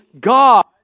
God